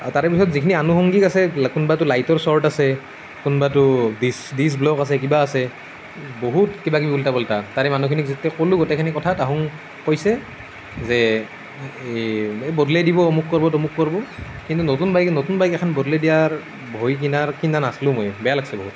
আৰু তাৰে পিছত যিখিনি আনুষংগিক আছে কোনোবাটো লাইটৰ চৰ্ট আছে কোনোবাটো ডিষ্ক ডিস্ক ব্লক আছে কিবা আছে বহুত কিবাকিবি উল্টা পুল্টা তাৰে মানুহখিনিক কলোঁ গোটেইখিনি কথা তাহাঁতে কৈছে যে এ বদলাই দিব অমুক কৰিব তমুক কৰিব কিন্তু নতুন বাইক নতুন বাইক এখন বদলাই দিয়াৰ ভয় কিনাৰ কিনা নাছিলোঁ মই বেয়া লাগিছে বহুত